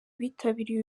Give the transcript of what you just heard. bitabiriye